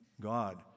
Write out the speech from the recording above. God